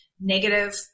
negative